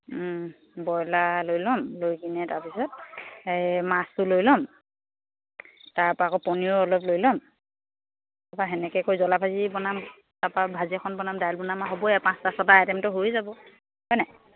broiler লৈ ল'ম লৈ কিনে তাৰপিছত এই মাছটো লৈ ল'ম তাৰপৰা আকৌ পনীৰো অলপ লৈ ল'ম তাৰপৰা তেনেকৈ কৰি জ্বলা ভাজি বনাম তাৰপৰা ভাজি এখন বনাম দাইল বনাম আৰু হ'বই পাঁচটা ছটা আইটেমটো হৈ যাব হয়নে